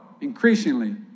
increasingly